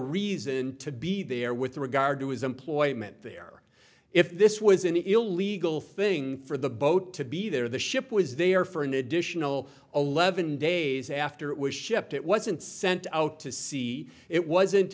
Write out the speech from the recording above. reason to be there with regard to his employment there if this was an illegal thing for the boat to be there the ship was there for an additional eleven days after it was shipped it wasn't sent out to sea it wasn't